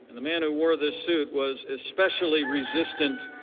the man who wore this suit was especially resistant.